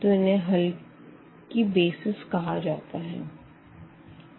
तो इन्हें हल की बेसिस कहा जाता है